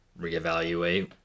reevaluate